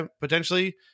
potentially